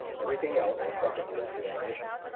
everything else is secondary to that mission,